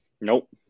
Nope